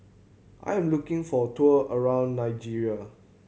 I am looking for a tour around Niger